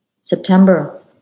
September